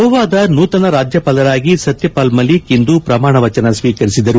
ಗೋವಾದ ನೂತನ ರಾಜ್ಯಪಾಲರಾಗಿ ಸತ್ಯಪಾಲ್ ಮಲಿಕ್ ಇಂದು ಪ್ರಮಾಣ ವಚನ ಸ್ತೀಕರಿಸಿದರು